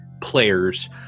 players